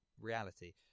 reality